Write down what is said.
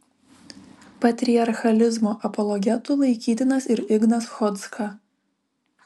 patriarchalizmo apologetu laikytinas ir ignas chodzka